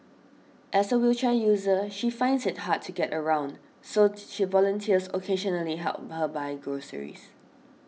as a wheelchair user she finds it hard to get around so volunteers occasionally help her buy groceries